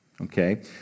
Okay